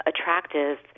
attractive